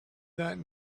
that